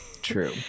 true